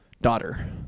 daughter